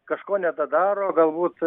kažko nedadaro galbūt